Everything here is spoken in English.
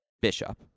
Bishop